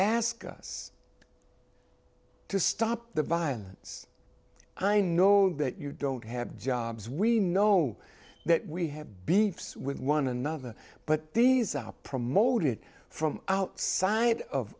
ask us to stop the violence i know that you don't have jobs we know that we have beefs with one another but these are promoted from outside of